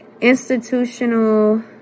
institutional